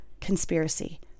conspiracy